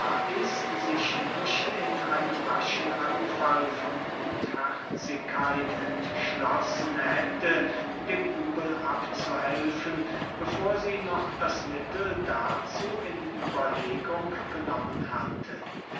lais sich nicht in einem raschen anfall von gutherzigkeit entschlossen hätte dem übel abzuhelfen bevor sie noch das mittel dazu in überlegung genommen hatte